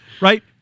right